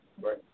Right